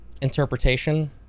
interpretation